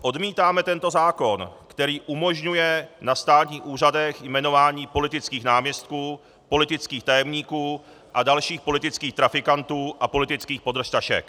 Odmítáme tento zákon, který umožňuje na státních úřadech jmenování politických náměstků, politických tajemníků a dalších politických trafikantů a politických podržtašek.